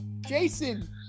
Jason